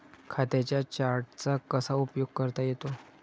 खात्यांच्या चार्टचा कसा उपयोग करता येतो?